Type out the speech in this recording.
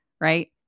right